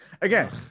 again